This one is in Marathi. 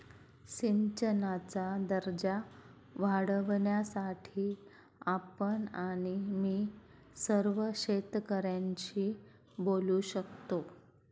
सिंचनाचा दर्जा वाढवण्यासाठी आपण आणि मी सर्व शेतकऱ्यांशी बोलू शकतो